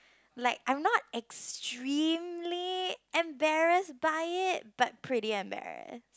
like I'm not extremely embarrassed by it but pretty embarrassed